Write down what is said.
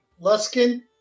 Luskin